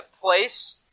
place